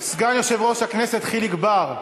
אדוני סגן יושב-ראש הכנסת חיליק בר,